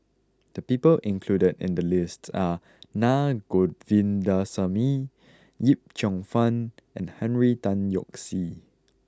the people included in the list are Na Govindasamy Yip Cheong Fun and Henry Tan Yoke See